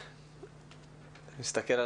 --- בשמחה.